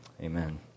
Amen